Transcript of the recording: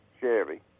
Chevy